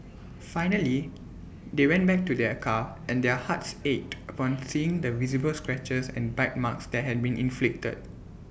finally they went back to their car and their hearts ached upon seeing the visible scratches and bite marks that had been inflicted